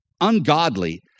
ungodly